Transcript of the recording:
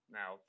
now